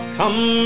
come